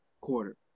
quarter